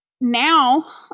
Now